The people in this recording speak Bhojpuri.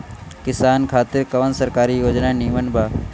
किसान खातिर कवन सरकारी योजना नीमन बा?